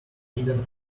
hidden